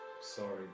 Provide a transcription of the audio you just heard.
sorry